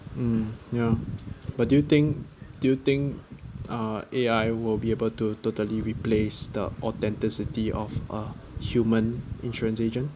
mm ya but do you think do you think uh A_I will be able to totally replace the authenticity of a human insurance agent